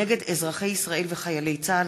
נגד אזרחי ישראל וחיילי צה"ל,